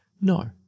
No